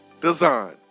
Design